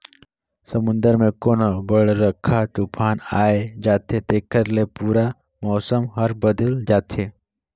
समुन्दर मे कोनो बड़रखा तुफान आये जाथे तेखर ले पूरा मउसम हर बदेल जाथे